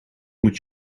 moet